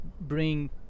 bring